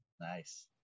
nice